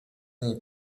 niej